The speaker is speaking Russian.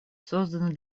созданный